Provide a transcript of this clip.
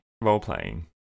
Role-playing